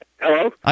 Hello